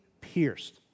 pierced